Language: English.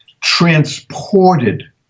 transported